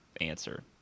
answer